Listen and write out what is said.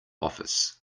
office